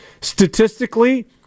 statistically